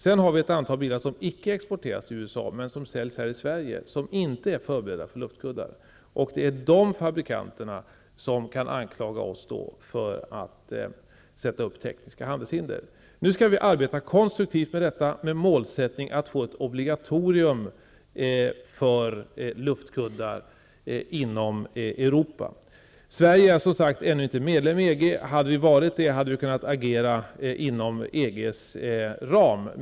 Sedan finns det ett antal bilar som icke exporteras till USA men som säljs i Sverige och som inte är förberedda för luftkuddar. Det är de fabrikanterna som kan anklaga oss för att sätta upp tekniska handelshinder. Nu skall vi arbeta konstruktivt med problemet med målet att få ett obligatorium för luftkuddar inom Europa. Sverige är, som sagt, ännu inte medlem i EG. Hade Sverige varit det hade vi kunnat agera inom EG:s ramar.